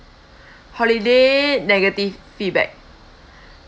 holiday negative feedback